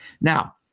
Now